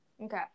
Okay